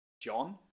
John